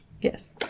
Yes